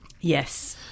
Yes